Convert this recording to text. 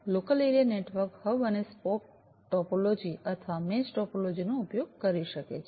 local area network hub અને spoke topology અથવા mesh topology નો ઉપયોગ કરી શકે છે